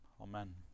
Amen